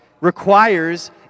requires